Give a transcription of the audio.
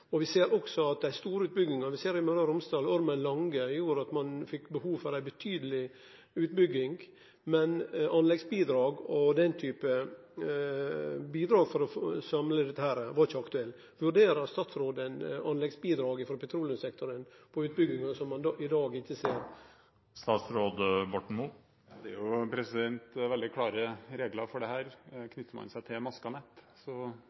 Vi ser det òg med omsyn til dei store utbyggingane. Ormen Lange i Møre og Romsdal gjorde at ein fekk behov for ei betydeleg utbygging, men anleggsbidrag og den typen bidrag for å samle dette var ikkje aktuelt. Vurderer statsråden anleggsbidrag frå petroleumssektoren for utbyggingar som ein i dag ikkje ser? Det er jo veldig klare regler for dette. Knytter man seg til masket nett,